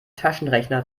taschenrechner